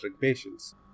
patients